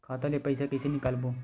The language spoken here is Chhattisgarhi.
खाता ले पईसा कइसे निकालबो?